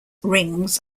rings